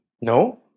No